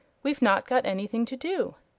we've not got anything to do.